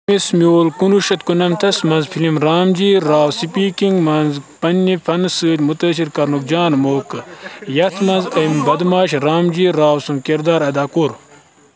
أمِس میوٗل کُنوُہ شیٚتھ کُنَمتھس منٛز فِلِم رام جی راو سٕپیٖکِنٛگ منٛز پننہِ فنہٕ سۭتۍ مُتٲثر كرنُک جان موقعہٕ، یتھ منٛز أمۍ بد معاش رام جی راو سُنٛد کِردار ادا کوٚر